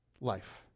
life